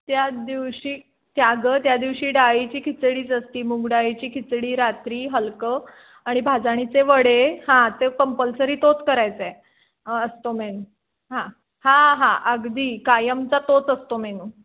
त्या दिवशी त्याग त्या दिवशी डाळीची खिचडीच असती मुगडाळीची खिचडी रात्री हलकं आणि भाजणीचे वडे हां ते कंपल्सरी तोच करायचं आहे असतो मेनू हां हां हां अगदी कायमचा तोच असतो मेनू